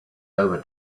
over